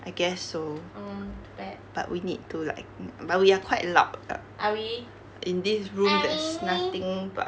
I guess so but we need to like but we are quite loud lah in this room there's nothing but